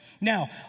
Now